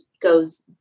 goes